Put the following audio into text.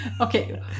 Okay